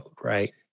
right